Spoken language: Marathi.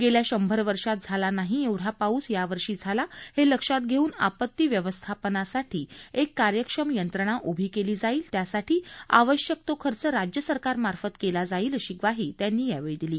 गेल्या शंभर वर्षात झाला नाही एवढा पाऊस यावर्षी झाला हे लक्षात घेऊन आपती व्यवस्थापनासाठी एक कार्यक्षम यंत्रणा उभी केली जाईल त्यासाठी आवश्यक तो खर्च राज्य सरकारमार्फत केला जाईल अशी ग्वाही त्यांनी यावेळी दिली